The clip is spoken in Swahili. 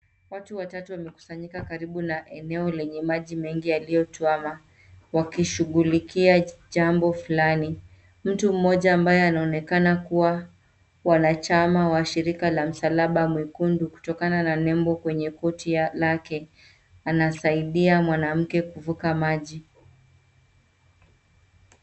Watu watatu wamekusanyika karibu na eneo lenye maji mengi yaliyotuama wakishughulikia jambo fulani. Mtu mmoja ambaye anaonekana kuwa wanachama wa shirika la msalaba mwekundu kutokana na nembo kwenye koti lake anasaidia mwanamke kuvuka maji.